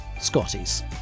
Scotties